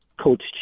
Coach